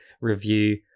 review